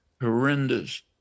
horrendous